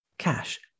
Cash